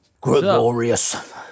glorious